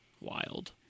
Wild